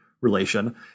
relation